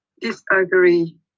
disagree